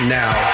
now